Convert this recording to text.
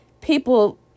people